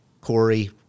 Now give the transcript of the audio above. Corey